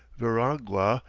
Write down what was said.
veragua,